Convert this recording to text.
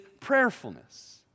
prayerfulness